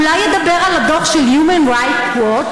אולי ידבר על הדוח של Human Rights Watch.